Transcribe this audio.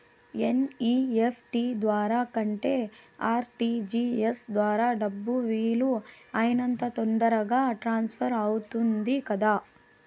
NEFT ద్వారా కంటే RTGS ద్వారా డబ్బు వీలు అయినంత తొందరగా ట్రాన్స్ఫర్ అవుతుంది కదా